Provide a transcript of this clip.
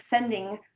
sending